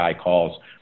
calls